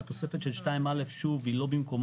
התוספת של (2)(א) שוב היא לא במקומה,